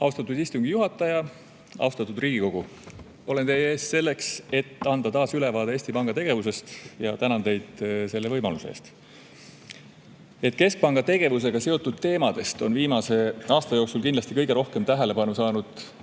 Austatud istungi juhataja! Austatud Riigikogu! Olen teie ees selleks, et anda taas ülevaade Eesti Panga tegevusest. Tänan teid selle võimaluse eest! Kuna keskpanga tegevusega seotud teemadest on viimase aasta jooksul kindlasti kõige rohkem tähelepanu saanud kiire